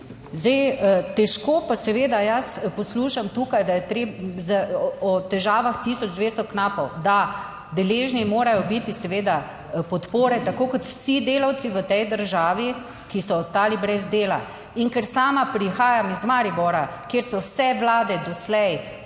Zdaj, težko pa seveda jaz poslušam tukaj, da je treba, o težavah tisoč 200 knapov. Da deležni morajo biti seveda podpore tako kot vsi delavci v tej državi, ki so ostali brez dela in ker sama prihajam iz Maribora, kjer so vse vlade doslej